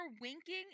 winking